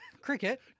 Cricket